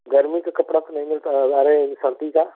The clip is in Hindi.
गर्मी का कपड़ा तो नहीं मिलता है अरे वो सर्दी का